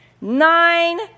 Nine